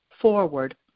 forward